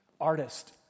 artist